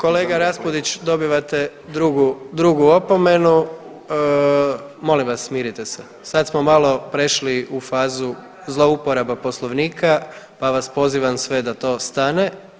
Kolega Raspudić dobivate drugu opomenu, molim vas smirite se, sad smo malo prešli u fazu zlouporaba poslovnika pa vas pozivam sve da to stane.